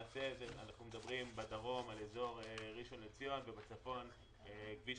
בדרום אנחנו מדברים על אזור ראשון לציון ובצפון על כביש